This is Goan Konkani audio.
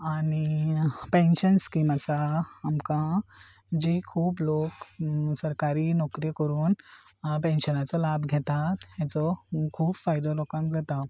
आनी पेंशन स्कीम आसा आमकां जी खूब लोक सरकारी नोकरी करून पेन्शनाचो लाभ घेतात हाचो खूब फायदो लोकांक जाता